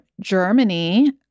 germany